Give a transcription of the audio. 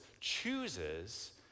chooses